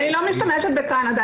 אני לא משתמשת בקנדה.